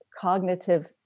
cognitive